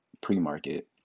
pre-market